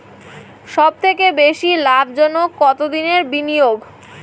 সবথেকে বেশি লাভজনক কতদিনের বিনিয়োগ?